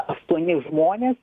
aštuoni žmonės